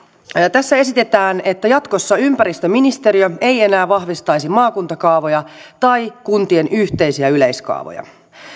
tässä esitetään että jatkossa ympäristöministeriö ei enää vahvistaisi maakuntakaavoja tai kuntien yhteisiä yleiskaavoja